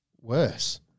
worse